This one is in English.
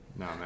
No